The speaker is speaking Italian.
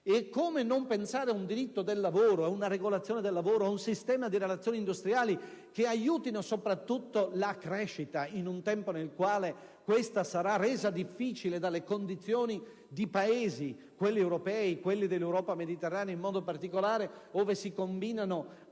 E come non pensare a un diritto del lavoro, a una regolazione del lavoro, a un sistema di relazioni industriali che aiutino soprattutto la crescita, in un tempo nel quale questa sarà resa difficile dalle condizioni di Paesi (quelli europei, dell'Europa mediterranea in modo particolare), ove si combinano